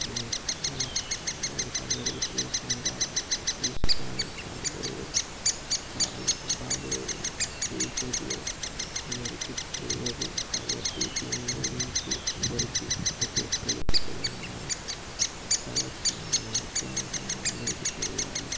దీనికి మనకి మనకందరికీ తెలుసుకొనిరా తెలుసు కాని రాబోయే కాలం రాబోయే ఫ్యూచర్లో ఎవరికి తెలియదు కాబట్టి దీని గురించి అందరికీ ప్రతి ఒక్కరికి తెలంగాణ అనేది ఎట్లా వచ్చింది మనం ఎట్లా ఉంటున్నాం అందరికీ తెలియాలి